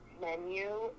menu